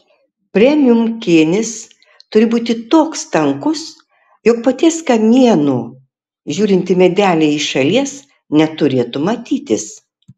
premium kėnis turi būti toks tankus jog paties kamieno žiūrint į medelį iš šalies neturėtų matytis